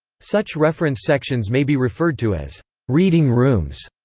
such reference sections may be referred to as reading rooms,